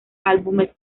álbumes